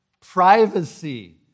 privacy